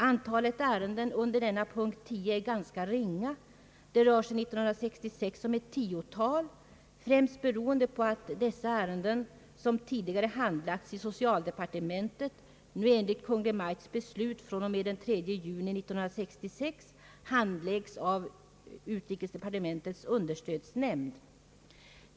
Antalet ärenden under punkt 10 är ganska ringa — 1966 ett tiotal — främst beroende på att dessa ärenden, som tidigare handlagts av socialdepartementet, enligt Kungl. Maj:ts beslui från och med den 3 juni 1966 handläggs av utrikesdepartementets understödsnämnd.